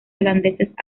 holandeses